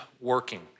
working